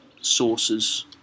sources